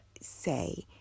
say